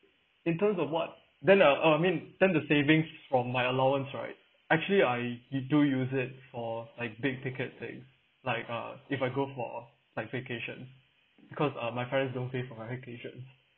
in terms of what then uh I mean tend to saving from my allowance right actually I did do use it for like big ticket thing like uh if I go for like vacation because uh my parents don't pay for my vacation